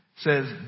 says